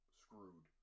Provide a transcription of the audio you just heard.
screwed